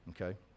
okay